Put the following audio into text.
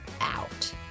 out